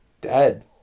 dead